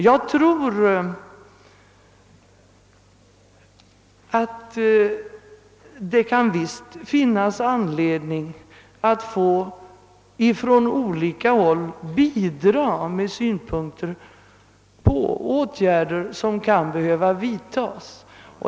Jag tror att det visst kan finnas anledning till att man ifrån olika håll bidrar med synpunkter och åtgärder som kan behöva vidtas.